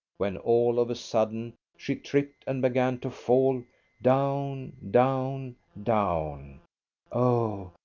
when all of a sudden she tripped and began to fall down, down, down o,